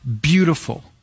beautiful